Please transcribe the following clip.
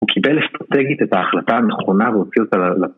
הוא קיבל אסטרטגית את ההחלטה הנכונה והוציא אותה ל...